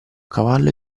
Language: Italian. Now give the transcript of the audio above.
cavallo